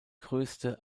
größte